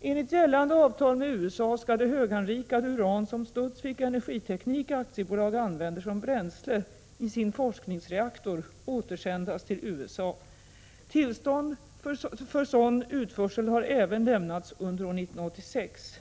Enligt gällande avtal med USA skall det höganrikade uran som Studsvik Energiteknik AB använder som bränsle i sin forskningsreaktor återsändas till USA. Tillstånd för sådan utförsel har även lämnats under år 1986.